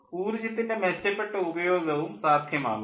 ഊർജ്ജത്തിൻ്റെ മെച്ചപ്പെട്ട ഉപയോഗവും സാധ്യമാക്കുന്നു